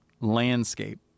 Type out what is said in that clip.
landscape